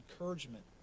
encouragement